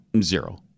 Zero